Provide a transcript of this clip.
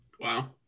Wow